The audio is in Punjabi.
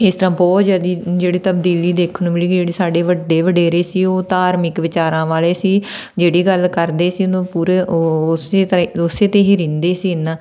ਇਸ ਤਰ੍ਹਾਂ ਬਹੁਤ ਜ਼ਿਆਦਾ ਜਿਹੜੀ ਤਬਦੀਲੀ ਦੇਖਣ ਨੂੰ ਮਿਲੀ ਗੀ ਜਿਹੜੇ ਸਾਡੇ ਵੱਡੇ ਵਡੇਰੇ ਸੀ ਉਹ ਧਾਰਮਿਕ ਵਿਚਾਰਾਂ ਵਾਲੇ ਸੀ ਜਿਹੜੀ ਗੱਲ ਕਰਦੇ ਸੀ ਉਹਨੂੰ ਪੂਰਾ ਉਹ ਓਸੇ ਤੇ ਉਸੇ 'ਤੇ ਹੀ ਰਹਿੰਦੇ ਸੀ ਇਨਾ